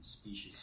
species